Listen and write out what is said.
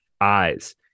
eyes